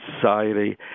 society